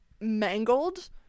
mangled